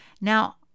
now